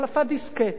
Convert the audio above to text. החלפת דיסקט.